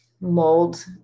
mold